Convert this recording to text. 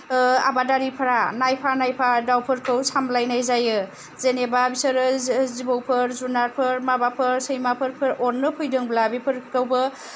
आबादारिफ्रा नायफा नायफा दाउफोरखौ सामलायनाय जायो जेनेबा बिसोरो जिबौफोर जुनारफोर माबाफोर सैमाफोर अरनो फैदोंब्ला बेफोरखौबो